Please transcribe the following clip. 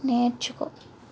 నేర్చుకో